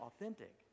authentic